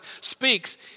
speaks